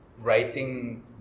Writing